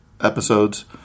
episodes